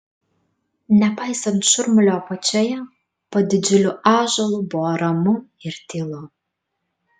nepaisant šurmulio apačioje po didžiuliu ąžuolu buvo ramu ir tylu